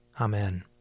Amen